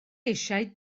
eisiau